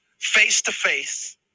face-to-face